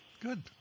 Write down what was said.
good